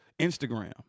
Instagram